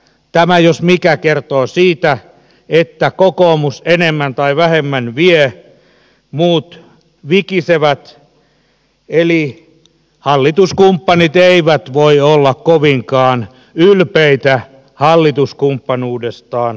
tämä jos mikä kertoo siitä että kokoomus enemmän tai vähemmän vie muut vikisevät eli hallituskumppanit eivät voi olla kovinkaan ylpeitä hallituskumppanuudestaan kokoomuksen kanssa